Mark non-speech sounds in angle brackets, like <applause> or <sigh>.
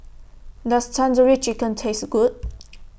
Does Tandoori Chicken Taste Good <noise>